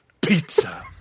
pizza